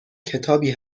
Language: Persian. کتابی